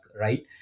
right